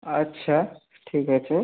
আচ্ছা ঠিক আছে